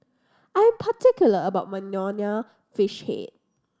I am particular about my Nonya Fish Head